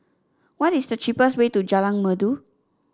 what is the cheapest way to Jalan Merdu